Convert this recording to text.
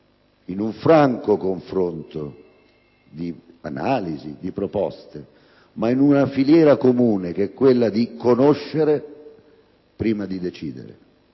in un franco confronto di analisi e di proposte, ma in una filiera comune, che è quella di conoscere, prima di decidere;